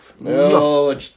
No